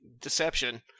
deception